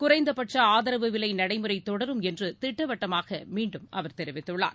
குறைந்தபட்ச ஆதரவு விலை நடைமுறை தொடரும் என்று திட்டவட்டமாக மீண்டும் அவர் தெரிவித்துள்ளார்